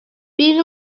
being